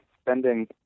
spending